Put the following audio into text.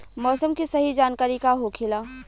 मौसम के सही जानकारी का होखेला?